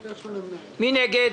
הבסיס.